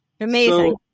Amazing